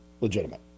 legitimate